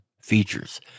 features